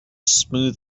smooth